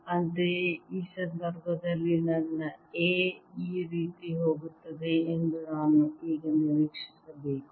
ಅಂತೆಯೇ ಈ ಸಂದರ್ಭದಲ್ಲಿ ನನ್ನ A ಈ ರೀತಿ ಹೋಗುತ್ತದೆ ಎಂದು ನಾನು ಈಗ ನಿರೀಕ್ಷಿಸಬೇಕು